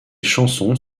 chansons